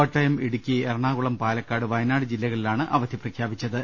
കോട്ടയം ഇടുക്കി എറണാകുളം പാലക്കാട് വയനാട് ജില്ലകളിലാണ് അവധി പ്രഖ്യാപിച്ചത്